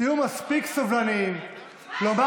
אז לא